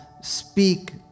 speak